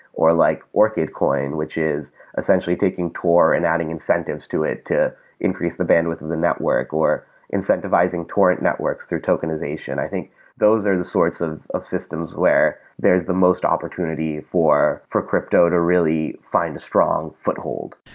or like orchid coin, which is essentially taking and adding incentives to it to increase the bandwidth of the network or incentivizing torrent networks through tokenization. i think those are the sorts of of systems where there is the most opportunity for for crypto to really find a strong foothold.